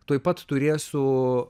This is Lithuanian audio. tuoj pat turėsiu